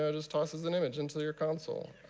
ah just tosses an image into your console.